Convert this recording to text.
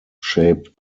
shaped